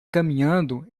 caminhando